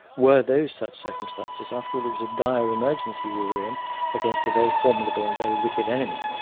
were those such circumstances? after all it was a dire emergency we were in against the very formidable and very wicked enemy,